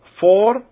Four